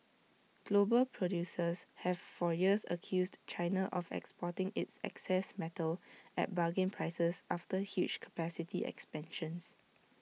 global producers have for years accused China of exporting its excess metal at bargain prices after huge capacity expansions